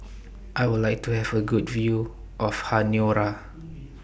I Would like to Have A Good View of Honiara